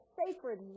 sacred